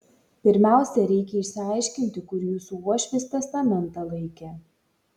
pirmiausia reikia išsiaiškinti kur jūsų uošvis testamentą laikė